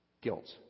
guilt